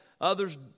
Others